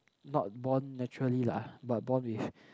not born naturally lah but born with